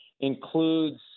includes